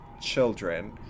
children